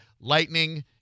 lightning